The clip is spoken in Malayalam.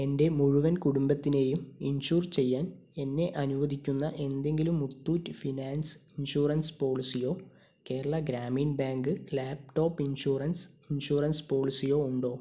എൻ്റെ മുഴുവൻ കുടുംബത്തിനെയും ഇൻഷുർ ചെയ്യാൻ എന്നെ അനുവദിക്കുന്ന എന്തെങ്കിലും മുത്തൂറ്റ് ഫിനാൻസ് ഇൻഷുറൻസ് പോളിസിയോ Kerala Grameen bank laptop insurance insurance പോളിസിയോ ഉണ്ടോ